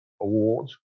awards